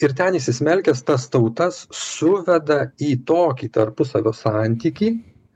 ir ten įsismelkęs tas tautas suveda į tokį tarpusavio santykį